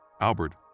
Albert